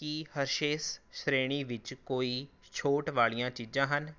ਕੀ ਹਰਸ਼ੇਸ ਸ਼੍ਰੇਣੀ ਵਿੱਚ ਕੋਈ ਛੋਟ ਵਾਲੀਆਂ ਚੀਜ਼ਾਂ ਹਨ